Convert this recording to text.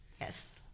Yes